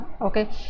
Okay